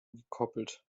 gekoppelt